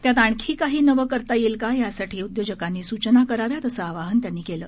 त्यात आणखी काही नवं करता येईल का यासाठी उदयोजकांनी सुचना कराव्यात असं आवाहन त्यांनी केलं